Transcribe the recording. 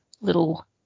Little